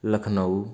Lucknow